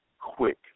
quick